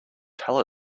tell